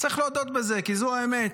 צריך להודות בזה, כי זו האמת.